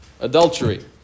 adultery